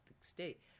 state